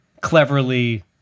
cleverly